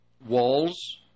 walls